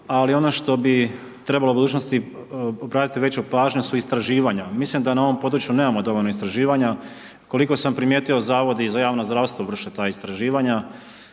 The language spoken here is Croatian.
Ali ono što bi trebalo u budućnosti obratiti veću pažnju su istraživanja, mislim da na ovom području nemamo dovoljno istraživanja. Koliko sam prijetio, Zavodi za javno zdravstvo vrše ta istraživanja